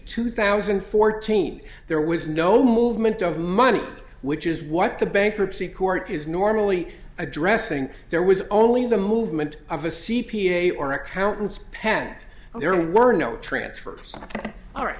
two thousand and fourteen there was no movement of money which is what the bankruptcy court is normally addressing there was only the movement of a c p a or accountants pen and there were no transfers all right